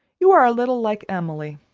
you are a little like emily.